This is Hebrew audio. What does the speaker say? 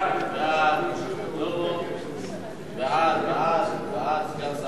ההצעה להעביר את הצעת חוק לביטול תשלום חלקי של